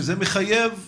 שזה מחייב הכשרה.